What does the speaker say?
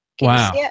Wow